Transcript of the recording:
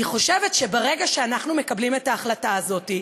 אני חושבת שברגע שאנחנו מקבלים את ההחלטה הזאת,